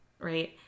right